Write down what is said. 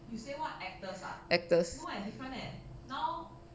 actors